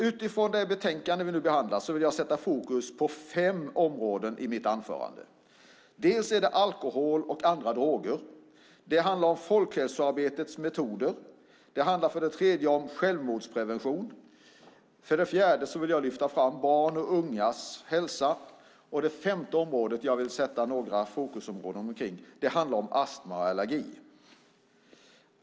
Utifrån det betänkande vi nu behandlar vill jag sätta fokus på fem områden i mitt anförande. Det är för det första alkohol och andra droger. Det är för det andra folkhälsoarbetets metoder. Det handlar för det tredje om självmordsprevention. För det fjärde vill jag lyfta fram barns och ungas hälsa. Det femte området jag vill sätta fokus på handlar om astma och allergi.